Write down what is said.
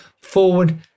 forward